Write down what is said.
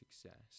success